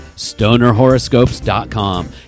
StonerHoroscopes.com